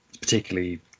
Particularly